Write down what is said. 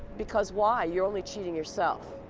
because why? you're only cheating yourself.